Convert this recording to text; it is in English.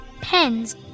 Pens